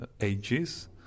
ages